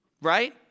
right